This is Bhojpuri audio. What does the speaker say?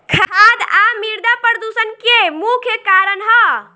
खाद आ मिरदा प्रदूषण के मुख्य कारण ह